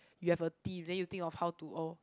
you have a theme then you think of how to oh